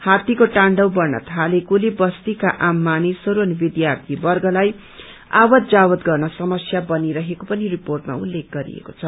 हात्तीको ताण्डव बढ़न थालेकोले बस्तीका आम मानिसहरू अनि विद्यार्थीवर्गलाई आवत जावत गर्न समस्या बनी रहेको पनि रिपोर्टमा उत्लेख गरिएको छ